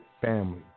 family